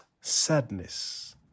Sadness